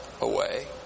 away